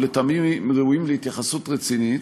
ולטעמי ראויים להתייחסות רצינית,